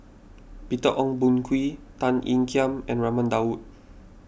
Peter Ong Boon Kwee Tan Ean Kiam and Raman Daud